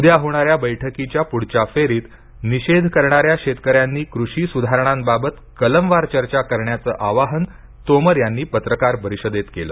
उद्या होणाऱ्या बैठकीच्या प्ढच्या फेरीत निषेध करणाऱ्या शेतकऱ्यांनी कृषी सुधारणांबाबत कलमवार चर्चा करण्याचे आवाहन तोमर यांनी पत्रकार परिषदेत केले